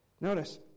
Notice